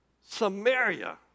Samaria